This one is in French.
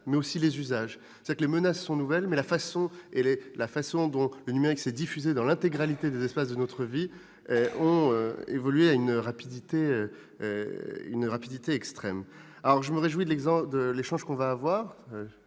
menaces et les usages. Les menaces sont nouvelles, la façon dont le numérique s'est diffusé dans l'intégralité des espaces de notre vie a évolué à une rapidité extrême. Je me réjouis donc de l'échange que nous allons